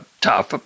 tough